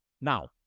Now